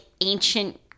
ancient